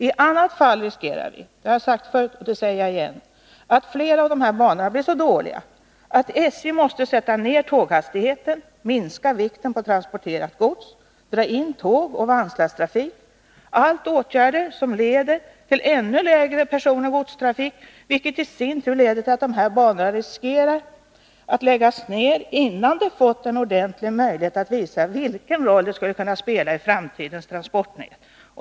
I annat fall riskerar vi — det har jag sagt förut, och jag säger det igen — att flera av dessa banor blir så dåliga att SJ måste sätta ned tåghastigheten, minska vikten på transporterat gods, dra in tågoch vagnslasttrafik, allt åtgärder som leder till ännu lägre personoch godstrafik, vilket i sin tur leder till att banorna riskerar att läggas ned, innan de fått en ordentlig möjlighet att visa vilken roll de skulle kunna spela i framtidens transportnät.